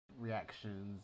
reactions